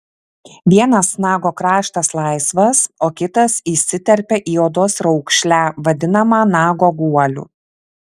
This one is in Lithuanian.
vienas nago kraštas laisvas o kitas įsiterpia į odos raukšlę vadinamą nago guoliu